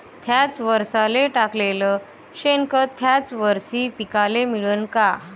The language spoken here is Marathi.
थ्याच वरसाले टाकलेलं शेनखत थ्याच वरशी पिकाले मिळन का?